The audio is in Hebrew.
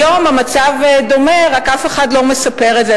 היום המצב דומה, רק אף אחד לא מספר את זה.